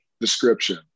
description